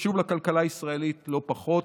חשוב לכלכלה הישראלית לא פחות.